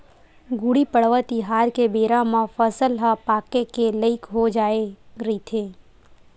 गुड़ी पड़वा तिहार के बेरा म फसल ह पाके के लइक हो जाए रहिथे